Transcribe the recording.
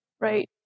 right